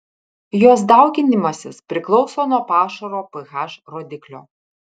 jos dauginimasis priklauso nuo pašaro ph rodiklio